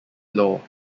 law